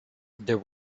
there